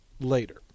later